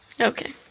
Okay